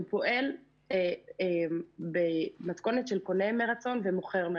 והוא פועל במתכונת של קונה מרצון ומוכר מרצון.